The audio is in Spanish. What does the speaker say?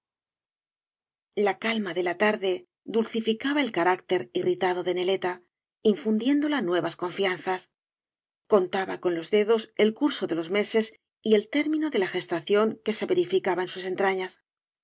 la calma de la tarde dulcificaba el carácter irritado de neleta infundiéndola nuevas confianzas contaba con los dedos el curso de los meses y el término de la gestación que se verificaba en